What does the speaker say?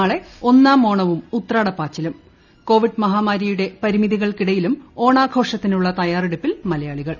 നാളെ ഒന്നാം ഓണവും ഉത്രാട്ടപ്പാച്ചിലും കോവിഡ് മഹാമാരിയുടെ പ്പ്രിമിതികൾക്കിടയിലും ഓണാഘോഷത്തിനുള്ള തയ്യാർഗ്ഗറ്റടുപ്പിൽ മലയാളികൾ